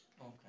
Okay